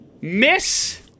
Miss